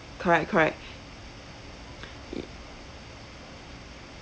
correct correct